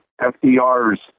FDR's